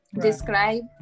describe